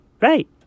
Right